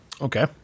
Okay